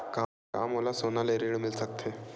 का मोला सोना ले ऋण मिल सकथे?